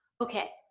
okay